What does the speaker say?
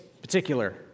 particular